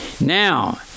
Now